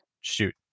Shoot